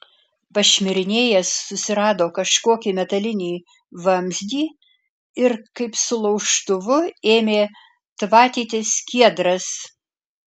pašmirinėjęs susirado kažkokį metalinį vamzdį ir kaip su laužtuvu ėmė tvatyti skiedras